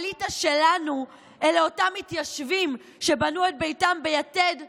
האליטה שלנו אלה אותם מתיישבים שבנו את ביתם ביתד ושלומית,